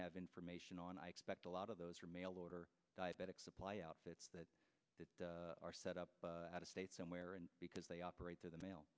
have information on i expect a lot of those are mail order diabetic supply outfits that are set up out of state somewhere and because they operate through the mail